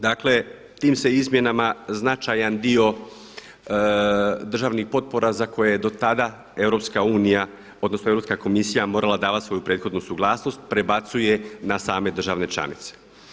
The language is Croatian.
Dakle, tim se izmjenama značajan dio državnih potpora za koje do tada Europska unija, odnosno Europska komisija morala davati svoju prethodnu suglasnost prebacuje na same države članice.